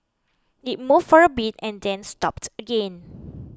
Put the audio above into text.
it moved for a bit and then stopped again